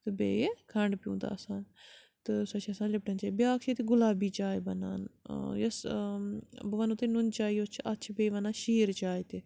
تہٕ بیٚیہِ کھنٛڈٕ پیوٗنٛت آسان تہٕ سۄ چھِ آسان لِپٹَن چاے بیٛاکھ چھِ ییٚتہِ گُلابی چاے بَنان یۄس بہٕ وَنو تۄہہِ نُن چاے یۄس چھِ اَتھ بیٚیہِ وَنان شیٖر چاے تہِ